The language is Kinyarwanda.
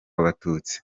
abatutsi